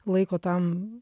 laiko tam